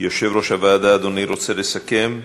יושב-ראש הוועדה, אדוני, רוצה לסכם?